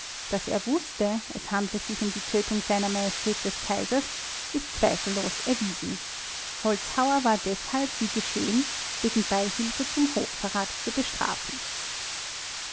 daß er wußte es handle sich um die tötung sr majestät des kaisers ist zweifellos erwiesen holzhauer war deshalb wie geschehen wegen beihilfe zum hochverrat zu bestrafen